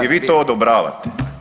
I vi to odobravate.